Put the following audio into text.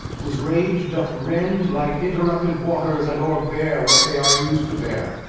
whose rage doth rend like interrupted waters, and o'erbear what they are used to bear.